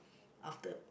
after